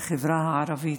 החברה הערבית.